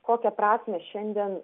kokią prasmę šiandien